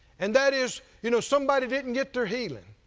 and that is you know somebody didn't get their healing,